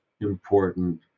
important